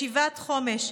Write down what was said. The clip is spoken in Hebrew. ישיבת חומש.